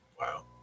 Wow